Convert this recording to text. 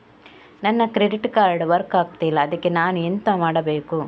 ನನ್ನ credit card work ಆಗ್ತಿಲ್ಲ ಅದ್ಕೆ ನಾನು ಎಂತ ಮಾಡಬೇಕು?